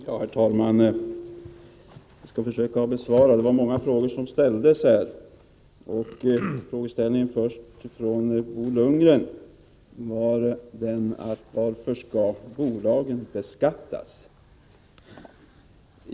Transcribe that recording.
Herr talman! Jag skall försöka besvara de många frågor som ställdes. Bo Lundgren frågade varför bolagen skall beskattas.